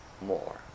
more